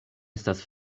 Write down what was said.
estas